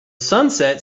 sunset